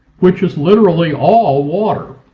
which is literally all water.